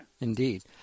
Indeed